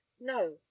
no